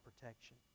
protection